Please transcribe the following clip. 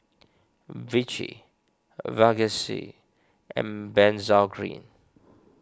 Vichy Vagisil and Benzac Cream